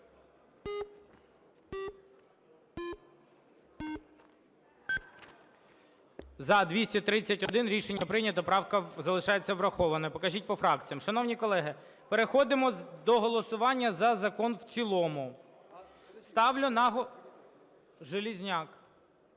За-231 Рішення прийнято. Правка залишається врахованою. Покажіть по фракціям. Шановні колеги, переходимо до голосування за закон в цілому. Ставлю на... Железняк.